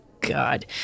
God